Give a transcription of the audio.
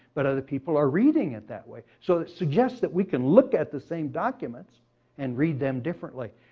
but other people are reading it that way. so it suggests that we can look at the same documents and read them differently.